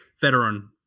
veteran